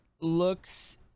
looks